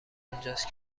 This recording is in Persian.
اونجاست